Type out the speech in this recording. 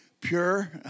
pure